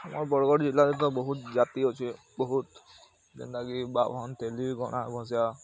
ଆମର୍ ବର୍ଗଡ଼୍ ଜିଲ୍ଲାରେ ତ ବହୁତ୍ ଜାତି ଅଛେ ବହୁତ୍ ଯେନ୍ତାକି ବାହ୍ମନ୍ ତେଲି ଗଣା ଘଷିଆଁ